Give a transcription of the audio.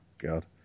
God